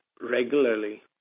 regularly